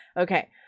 okay